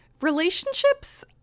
Relationships